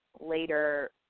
later